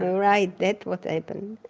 right. that's what happened